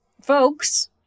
folks